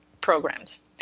programs